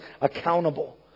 accountable